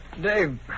Dave